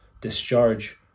discharge